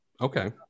okay